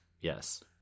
Yes